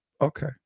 Okay